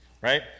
Right